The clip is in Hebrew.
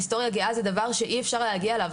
היסטוריה גאה זה דבר שאי אפשר להגיע אליו,